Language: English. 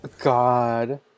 God